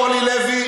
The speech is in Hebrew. אורלי לוי,